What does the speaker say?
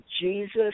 Jesus